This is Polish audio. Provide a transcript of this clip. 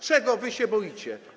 Czego wy się boicie?